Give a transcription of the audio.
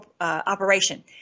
operation